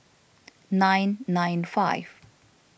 nine nine five